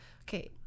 Okay